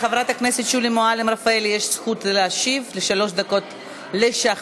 לחברת הכנסת שולי מועלם-רפאלי יש זכות להשיב בשלוש דקות ולשכנע.